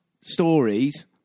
stories